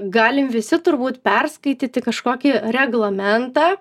galim visi turbūt perskaityti kažkokį reglamentą